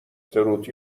تروت